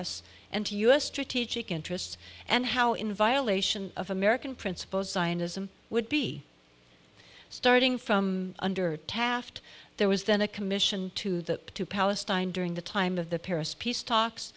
s and to u s strategic interests and how in violation of american principles zionism would be starting from under taft there was then a commission to that to palestine during the time of the paris peace talks